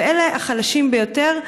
אלה החלשים ביותר,